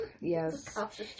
yes